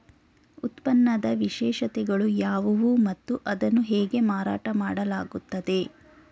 ಉತ್ಪನ್ನದ ವಿಶೇಷತೆಗಳು ಯಾವುವು ಮತ್ತು ಅದನ್ನು ಹೇಗೆ ಮಾರಾಟ ಮಾಡಲಾಗುತ್ತದೆ?